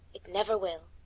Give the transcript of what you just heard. it never will.